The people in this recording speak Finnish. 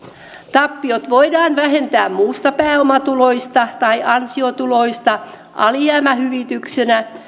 tappiot voidaan vähentää muista pääomatuloista tai ansiotuloista alijäämähyvityksenä